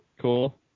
Cool